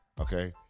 okay